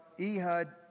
Ehud